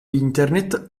internet